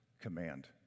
command